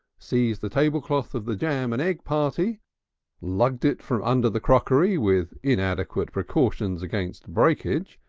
seized the tablecloth of the jam and egg party lugged it from under the crockery with inadequate precautions against breakage,